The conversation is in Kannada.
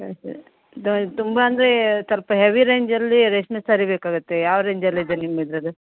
ಸರಿ ಸರಿ ಅದು ತುಂಬ ಅಂದರೆ ತಲ್ಪೊ ಹೆವಿ ರೇಂಜಲ್ಲಿ ರೇಷ್ಮೆ ಸ್ಯಾರಿ ಬೇಕಾಗುತ್ತೆ ಯಾವ ರೇಂಜಲ್ಲಿದೆ ನಿಮ್ಮ ಇದರಲ್ಲಿ